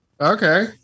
okay